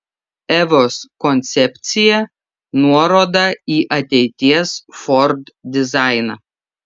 evos koncepcija nuoroda į ateities ford dizainą